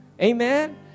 Amen